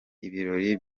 ibirori